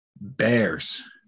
Bears